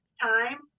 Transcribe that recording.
time